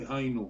דהיינו,